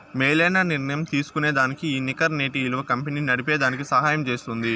మేలైన నిర్ణయం తీస్కోనేదానికి ఈ నికర నేటి ఇలువ కంపెనీ నడిపేదానికి సహయం జేస్తుంది